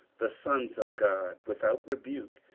the sons of god, without rebuke,